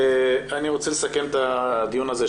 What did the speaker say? אני רוצה לסכם את הדיון הזה,